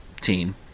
team